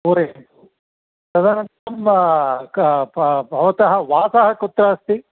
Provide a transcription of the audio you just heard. पूरयतु तदनन्तरं भवतः वासः कुत्र अस्ति